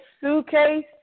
suitcase